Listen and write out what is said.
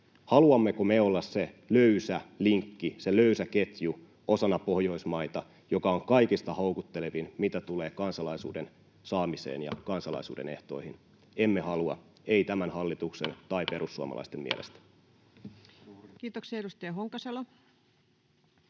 Haluammeko me olla se löysä linkki, se löysä ketju, osana Pohjoismaita, joka on kaikista houkuttelevin, mitä tulee kansalaisuuden saamiseen ja kansalaisuuden ehtoihin? Emme halua, ei tämän hallituksen tai perussuomalaisten mielestä. Kiitoksia. — Edustaja Honkasalo.